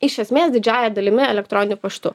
iš esmės didžiąja dalimi elektroniniu paštu